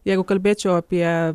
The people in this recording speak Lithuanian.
jeigu kalbėčiau apie